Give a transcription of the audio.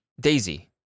Daisy